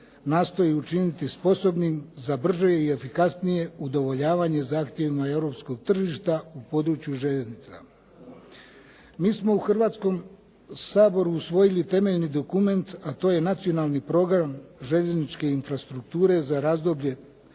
nastoji učiniti sposobnim za brže i efikasnije udovoljavanje zahtjevima europskog tržišta na području željeznica. Mi smo u Hrvatskom saboru usvojili temeljni dokument, a to je Nacionalni program željezničke infrastrukture za razdoblje